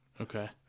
Okay